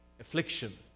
affliction